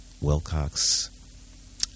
Wilcox